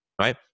right